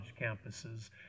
campuses